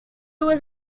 was